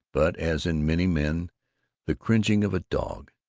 but as in many men the cringing of a dog,